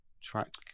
track